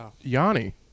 Yanni